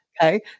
Okay